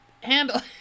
handle